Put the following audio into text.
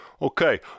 Okay